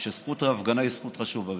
שזכות ההפגנה היא זכות חשובה.